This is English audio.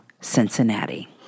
Cincinnati